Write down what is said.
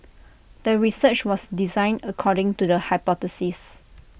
the research was designed according to the hypothesis